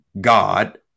God